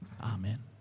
Amen